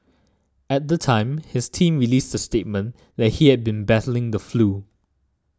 at the time his team released a statement that he had been battling the flu